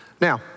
Now